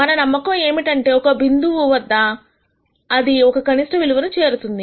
మన నమ్మకం ఏమిటంటే ఒక బిందువు వద్ద అది ఒక కనిష్ట విలువను చేరుతుంది